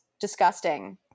Disgusting